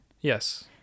Yes